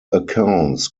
accounts